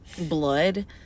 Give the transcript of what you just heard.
blood